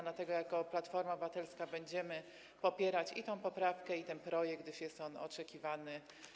Dlatego jako Platforma Obywatelska będziemy popierać i tę poprawkę, i ten projekt, gdyż jest on oczekiwany.